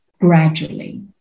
gradually